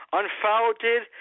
unfounded